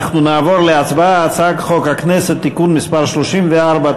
אנחנו נעבור להצבעה על הצעת חוק הכנסת (תיקון מס' 34),